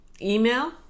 email